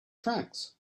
tracks